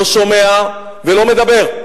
לא שומע ולא מדבר.